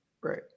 Right